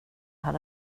hade